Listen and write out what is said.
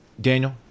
Daniel